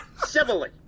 civilly